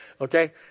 Okay